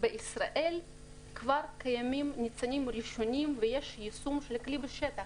בישראל כבר קיימים ניצנים ראשונים ויש יישום לכלי בשטח.